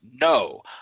no